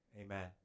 Amen